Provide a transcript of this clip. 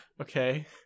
Okay